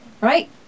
right